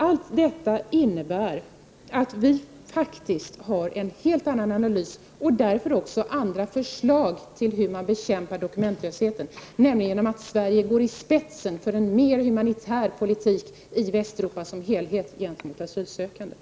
Allt detta innebär att vi faktiskt har en helt annan analys och därför också andra förslag till hur man skall bekämpa dokumentlösheten, nämligen att Sverige 47 skall gå i spetsen för en mer humanitär politik gentemot asylsökande i Västeuropa som helhet.